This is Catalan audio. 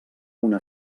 una